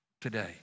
Today